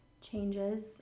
changes